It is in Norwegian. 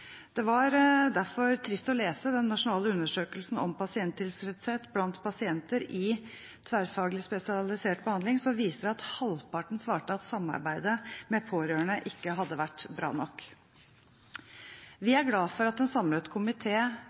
Derfor var det trist å lese den nasjonale undersøkelsen om pasienttilfredshet blant pasienter i tverrfaglig spesialisert behandling, som viser at halvparten svarte at samarbeidet med pårørende ikke hadde vært bra nok. Vi er glad for at en samlet